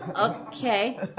Okay